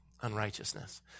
unrighteousness